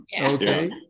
Okay